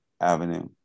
Avenue